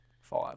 five